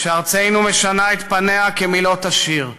שארצנו משנה את פניה, כמילות השיר.